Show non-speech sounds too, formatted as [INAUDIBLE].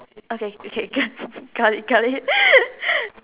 okay you can [LAUGHS] got it got it [LAUGHS]